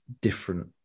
different